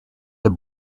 the